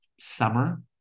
summer